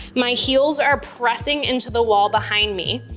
my heels are pressing into the wall behind me,